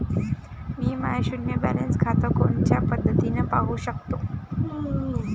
मी माय शुन्य बॅलन्स खातं कोनच्या पद्धतीनं पाहू शकतो?